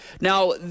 Now